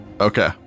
okay